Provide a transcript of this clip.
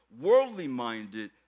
worldly-minded